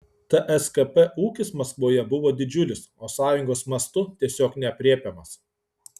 tskp ūkis maskvoje buvo didžiulis o sąjungos mastu tiesiog neaprėpiamas